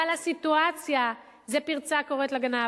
אבל הסיטואציה היא פרצה קוראת לגנב.